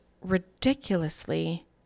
ridiculously